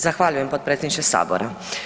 Zahvaljujem potpredsjedniče sabora.